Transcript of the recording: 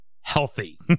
healthy